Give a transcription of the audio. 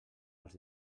els